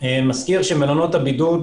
אני מזכיר שבמלונות הבידוד,